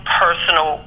personal